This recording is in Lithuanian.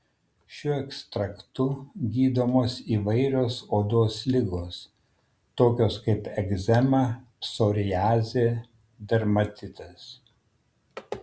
šiuo ekstraktu gydomos įvairios odos ligos tokios kaip egzema psoriazė dermatitas